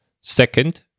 Second